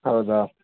ಹೌದಾ